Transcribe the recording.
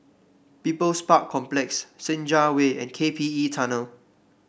People's Park Complex Senja Way and K P E Tunnel